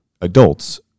adults